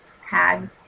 tags